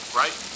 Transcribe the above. right